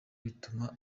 bituma